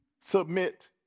submit